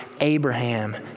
Abraham